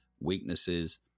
weaknesses